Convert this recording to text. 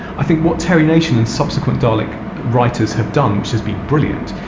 i think what terry nation and subsequent dalek writers have done, which has been brilliant,